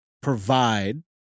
provide